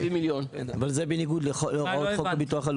אבל זה בניגוד להוראות חוק הביטוח הלאומי.